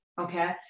okay